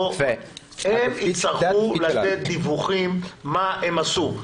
הם יצטרכו לתת דיווחים מה הם עשו.